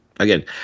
Again